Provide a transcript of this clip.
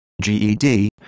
GED